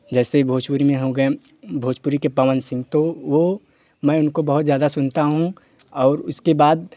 जैसे भोजपुरी में हो गए भोजपुरी के पवन सिंह तो वो मैं उनको बहुत ज़्यादा सुनता हूँ और उसके बाद